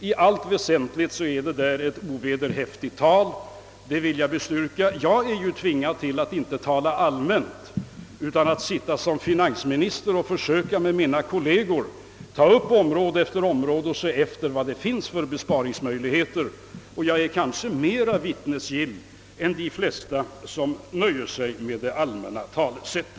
I allt väsentligt är detta ovederhäftigt tal — det vill jag bestyrka. Jag är ju tvingad att inte tala allmänt utan måste 'med mina kolleger ta upp område efter område och försöka se efter vilka besparingsmöjligheter som finns, och jag är kanske mera vittnesgill än dem som nöjer sig med allmänna talesätt.